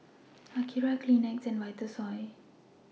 Akira Kleenex and Vitasoy